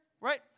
right